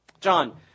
John